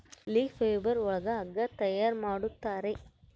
leaf fibre ಒಳಗ ಹಗ್ಗ ತಯಾರ್ ಮಾಡುತ್ತಾರೆ